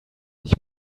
ich